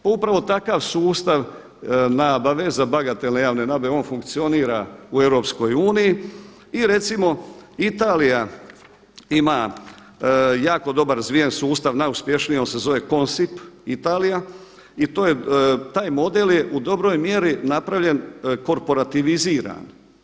Pa upravo takav sustav nabave, za bagatelne javne nabave on funkcionira u EU i recimo Italija ima jako dobro razvijen sustav, najuspješniji on se zove Konsip Italija i taj model je u dobroj mjeri napravljen korporativiziran.